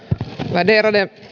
värderade